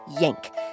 yank